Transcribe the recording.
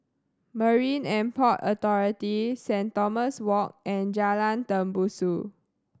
Marine And Port Authority Saint Thomas Walk and Jalan Tembusu